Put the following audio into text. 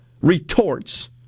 retorts